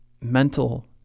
mental